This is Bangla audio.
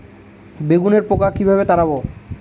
বেগুনের পোকা কিভাবে তাড়াব?